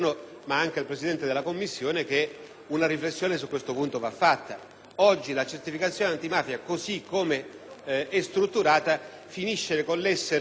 Oggi la certificazione antimafia, così come è strutturata, finisce per essere un peso insopportabile per le aziende